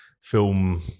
film